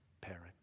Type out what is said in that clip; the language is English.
parent